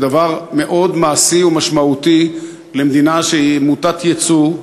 זה דבר מאוד מעשי ומשמעותי למדינה שהיא מוטת ייצוא,